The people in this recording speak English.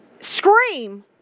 scream